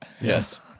Yes